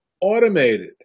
automated